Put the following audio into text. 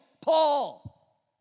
Paul